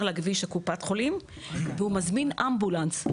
מעבר לכביש לקופת החולים והוא מזמין אמבולנס,